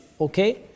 okay